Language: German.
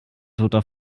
toter